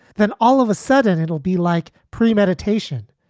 then all of a sudden it'll be like premeditation,